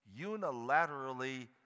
unilaterally